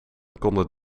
konden